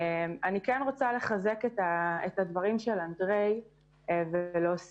אני רוצה לחזק את דברי אנדרי ולהוסיף